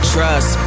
Trust